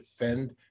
defend